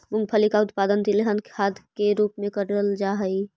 मूंगफली का उत्पादन तिलहन खाद के रूप में करेल जा हई